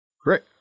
Great